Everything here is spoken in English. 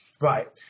right